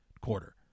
quarter